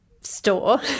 Store